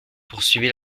poursuivit